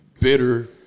bitter